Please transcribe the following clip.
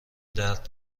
درد